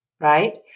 right